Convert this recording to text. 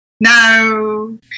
No